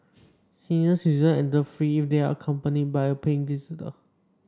senior citizens enter free if they are accompanied by a paying visitor